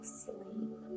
sleep